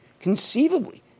conceivably